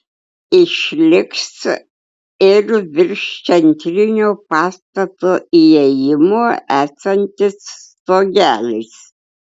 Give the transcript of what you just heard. išliks ir virš centrinio pastato įėjimo esantis stogelis